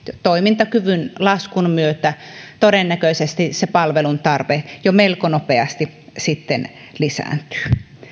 toimintakyvyn laskun myötä todennäköisesti palvelun tarve jo melko nopeasti lisääntyy